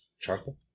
Charcoal